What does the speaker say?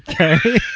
Okay